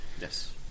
yes